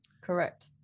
correct